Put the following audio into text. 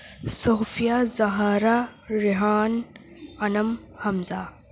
Sofia Zahra Rehan Anam Hamza